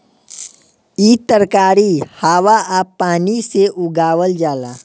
इ तरकारी हवा आ पानी से उगावल जाला